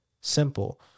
simple